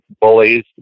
bullies